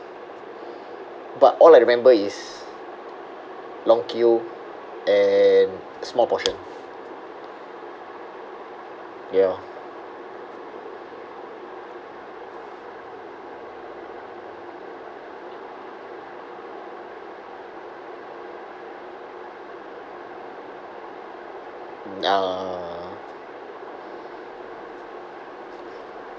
but all I remember is long queue and small portion ya uh